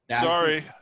Sorry